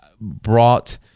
brought